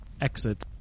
exit